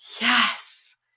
yes